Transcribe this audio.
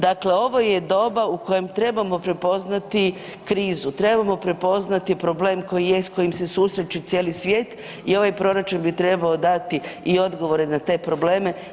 Dakle, ovo je doba u kojem trebamo prepoznati krizu, trebamo prepoznati problem koji je s kojim se susreće cijeli svijet i ovaj proračun bi trebao dati i odgovore na te probleme.